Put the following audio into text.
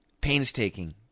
Painstaking